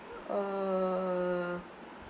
err